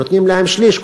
נותנים להם שליש,